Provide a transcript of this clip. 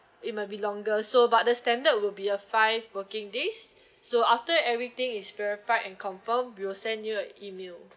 it might be longer so but the standard will be a five working days so after everything is verified and confirm we will send you a email